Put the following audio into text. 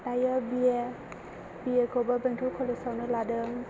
दायो बिए खौबो बेंटल कलेज आवनो लादों